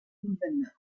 condemnat